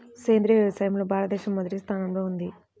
సేంద్రీయ వ్యవసాయంలో భారతదేశం మొదటి స్థానంలో ఉంది